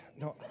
No